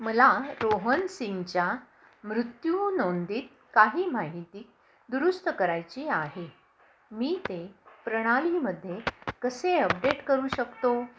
मला रोहन सिंगच्या मृत्यू नोंदीत काही माहिती दुरुस्त करायची आहे मी ते प्रणालीमध्ये कसे अपडेट करू शकतो